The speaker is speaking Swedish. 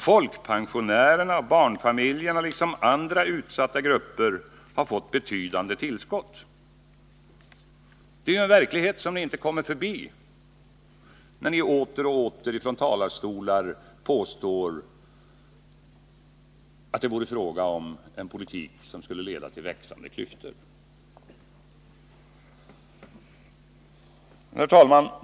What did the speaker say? Folkpensionärerna och barnfamiljerna liksom andra utsatta grupper har fått betydande tillskott. Det är en verklighet som ni inte kommer förbi, när ni åter och åter från talarstolar påstår att det skulle vara fråga om en politik som skulle leda till växande klyftor.